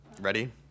Ready